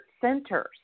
centers